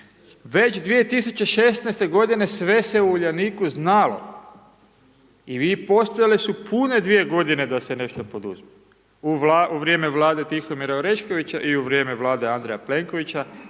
već 2016. godine sve se u Uljaniku znalo i postojale su pune 2 godine da se nešto poduzme u vrijeme vlade Tihomira Oreškovića i u vrijeme vlade Andreja Plenkovića,